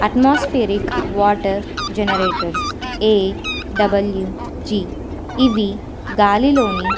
atmospheric water generators AWG ఇవి గాలిలోని